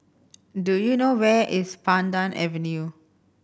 do you know where is Pandan Avenue